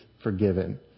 forgiven